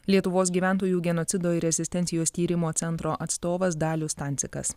lietuvos gyventojų genocido ir rezistencijos tyrimo centro atstovas dalius stancikas